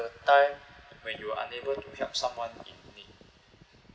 a time when you were unable to help someone in need